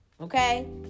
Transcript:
okay